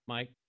Mike